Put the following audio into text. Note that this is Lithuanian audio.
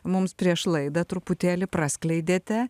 mums prieš laidą truputėlį praskleidėte